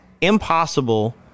impossible